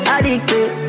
Addicted